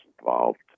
involved